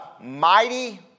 mighty